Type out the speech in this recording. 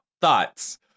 thoughts